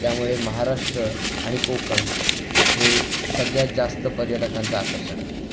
त्यामुळे महाराष्ट्र आणि कोकण हे सगळ्यात जास्त पर्यटकांचं आकर्षण आहे